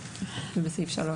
הגנה,